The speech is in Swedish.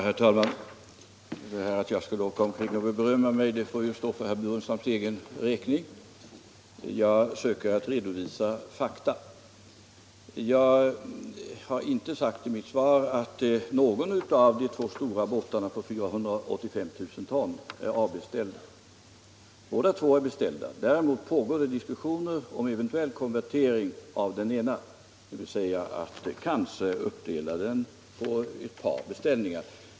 Herr talman! Påståendet att jag skulle åka omkring och berömma mig själv får stå för herr Burenstam Linders räkning. Jag försöker redovisa fakta. Jag har inte sagt i mitt svar att någon av de två stora båtarna på 485 000 ton är avbeställd. Båda beställningarna kvarstår. Däremot pågår diskussioner om eventuell konvertering av den ena till uppdelning på ett par beställningar.